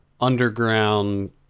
underground